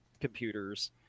computers